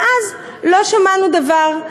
מאז לא שמענו דבר.